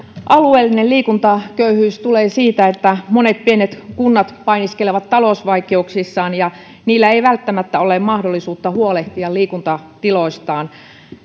alueellinen liikuntaköyhyys tulee siitä että monet pienet kunnat painiskelevat talousvaikeuksissaan ja niillä ei välttämättä ole mahdollisuutta huolehtia liikuntatiloistaan